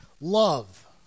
love